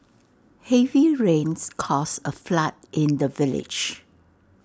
heavy rains caused A flood in the village